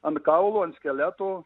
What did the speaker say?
ant kaulų ant skeleto